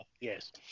yes